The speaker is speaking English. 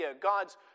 God's